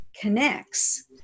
connects